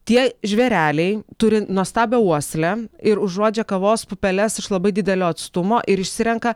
tie žvėreliai turi nuostabią uoslę ir užuodžia kavos pupeles iš labai didelio atstumo ir išsirenka